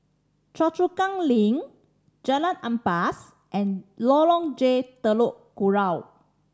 Choa Chu Kang Link Jalan Ampas and Lorong J Telok Kurau